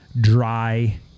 dry